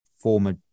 former